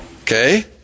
Okay